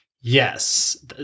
Yes